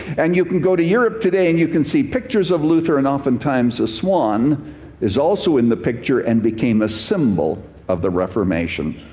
and you can go to europe today and you can see pictures of luther, and oftentimes a swan is also in the picture, and became a symbol of the reformation.